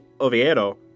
Oviedo